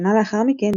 שנה לאחר מכן,